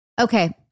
Okay